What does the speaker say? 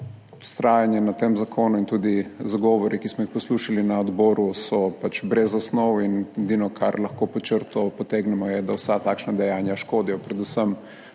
vztrajanje na tem zakonu. In tudi govori, ki smo jih poslušali na odboru, so pač brez osnov in edino, kar lahko pod črto potegnemo, je, da vsa takšna dejanja škodijo, predvsem